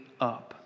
up